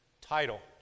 title